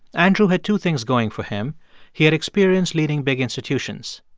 andrew had two things going for him he had experience leading big institutions,